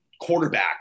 quarterback